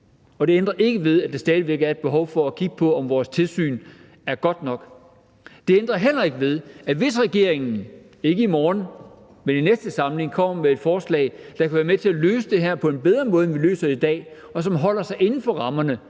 det ændrer ikke ved, at der stadig væk er et behov for at kigge på, om vores tilsyn er godt nok. Det ændrer heller ikke ved, at hvis regeringen, ikke i morgen, men i næste samling, kommer med et forslag, der kan være med til at løse det her på en bedre måde, end vi løser det i dag, og som holder sig inden for rammerne